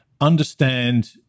understand